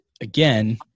again